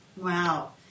wow